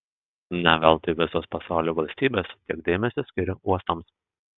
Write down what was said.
ne veltui visos pasaulio valstybės tiek dėmesio skiria uostams